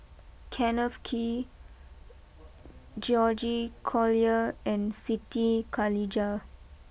Kenneth Kee George Collyer and Siti Khalijah